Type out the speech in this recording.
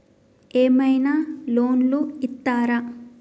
ఏమైనా లోన్లు ఇత్తరా?